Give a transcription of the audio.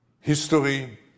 History